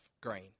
grain